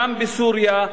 גם בסוריה,